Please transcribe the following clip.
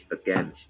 again